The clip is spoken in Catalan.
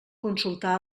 consultar